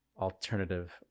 alternative